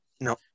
no